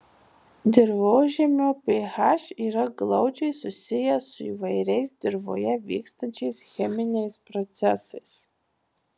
dirvožemio ph yra glaudžiai susijęs su įvairiais dirvoje vykstančiais cheminiais procesais